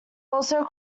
also